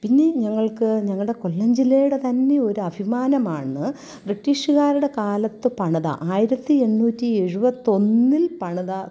പിന്നെ ഞങ്ങൾക്ക് ഞങ്ങളുടെ കൊല്ലം ജില്ലയുടെ തന്നെ ഒരു അഭിമാനമാണ് ബ്രിട്ടീഷുകാരുടെ കാലത്ത് പണിത ആയിരത്തി എണ്ണൂറ്റി എഴുപത്തൊന്നിൽ പണിത